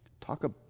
Talk